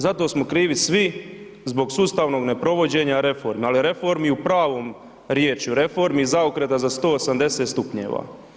Za to smo krivi svi zbog sustavnog neprovođenja reformi, ali reformi u pravom riječju, reformi zaokreta za 180 stupnjeva.